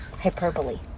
Hyperbole